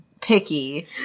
picky